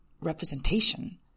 representation